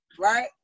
Right